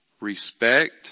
respect